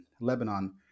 Lebanon